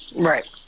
Right